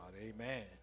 Amen